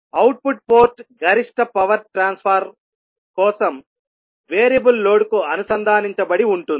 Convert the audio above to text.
output port గరిష్ట power transfer కోసం variable load కు అనుసంధానించబడి ఉంటుంది